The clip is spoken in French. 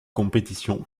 compétition